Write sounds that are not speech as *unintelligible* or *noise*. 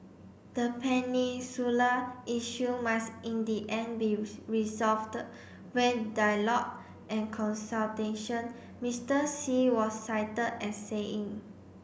the peninsula issue must in the end be *unintelligible* via dialogue and consultation Mister Xi was cited as saying